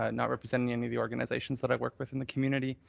ah not representing any of the organizations that i work with in the community.